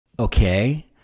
Okay